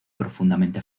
profundamente